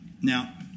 Now